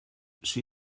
she